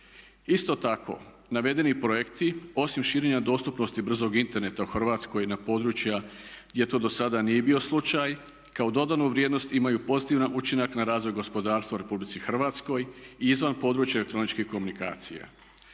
Isto tako, navedeni projekti osim širenja dostupnosti brzog interneta u Hrvatskoj na područja gdje to do sada nije bio slučaj kao dodanu vrijednost imaju pozitivan učinak na razvoj gospodarstva u Republici Hrvatskoj i izvan područja elektroničkih komunikacija.